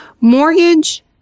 Mortgage